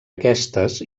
aquestes